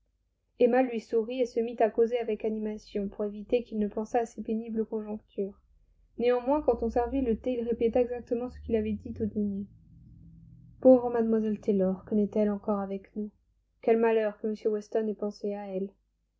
emma lui sourit et se mit à causer avec animation pour éviter qu'il ne pensât à ces pénibles conjonctures néanmoins quand on servit le thé il répéta exactement ce qu'il avait dit au dîner pauvre mlle taylor que n'est-elle encore avec nous quel malheur que m weston ait pensé à elle